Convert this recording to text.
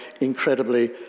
incredibly